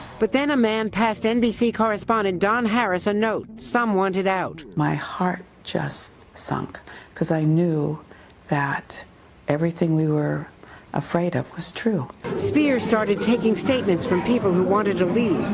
but then a man passed nbc correspondent don harris a note, some wanted out. my heart just sunk because i knew that everything we were afraid of was true. reporter speier started taking statements from people who wanted to leave.